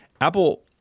Apple